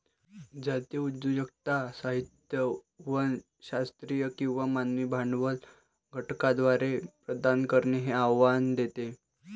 जातीय उद्योजकता साहित्य नव शास्त्रीय किंवा मानवी भांडवल घटकांद्वारे प्रदान करणे हे आव्हान देते